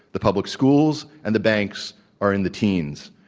the public schools, and the banks are in the teens.